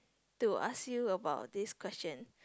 to ask you about this question